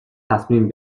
تصمیم